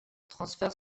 transfère